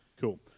Cool